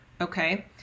Okay